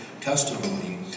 testimony